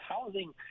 housing